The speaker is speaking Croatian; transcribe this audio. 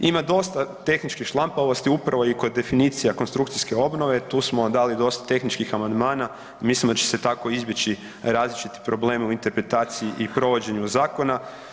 Ima dosta tehničke šlampavosti upravo i kod definicija konstrukcijske obnove, tu smo dali dosta tehničkih amandmana, mislimo da će se tako izbjeći različiti problemi u interpretaciji i provođenju zakona.